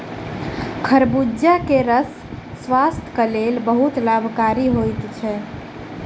खरबूजा के रस स्वास्थक लेल बहुत लाभकारी होइत अछि